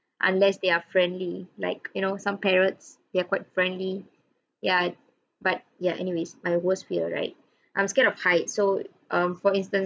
unless they are friendly like you know some parrots they are quite friendly ya but ya anyways I was fear right I'm scared of heights so um for instance